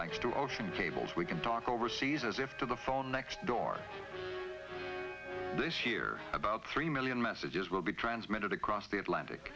thanks to ocean cables we can talk over seas as if to the phone next door this year about three million messages will be transmitted across the atlantic